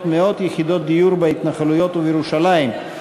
מאות יחידות דיור בהתנחלויות ובירושלים,